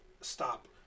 stop